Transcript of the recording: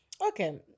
Okay